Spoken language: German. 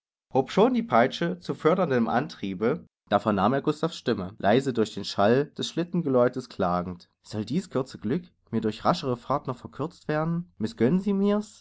schon die peitsche zu förderndem antriebe da vernahm er gustav's stimme leise durch den schall des schlittengeläutes klagend soll dies kurze glück mir durch raschere fahrt noch verkürzt werden mißgönnen sie mir's